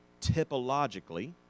typologically